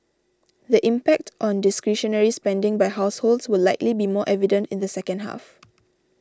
the impact on discretionary spending by households will likely be more evident in the second half